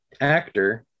actor